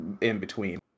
in-between